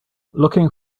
looking